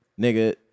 nigga